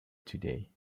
today